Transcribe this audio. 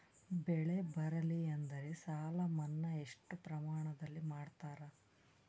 ಬೆಳಿ ಬರಲ್ಲಿ ಎಂದರ ಸಾಲ ಮನ್ನಾ ಎಷ್ಟು ಪ್ರಮಾಣದಲ್ಲಿ ಮಾಡತಾರ?